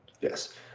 Yes